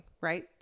Right